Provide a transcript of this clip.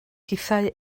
hithau